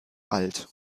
alt